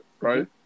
right